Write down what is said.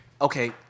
okay